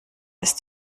ist